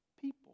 people